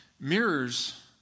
Mirrors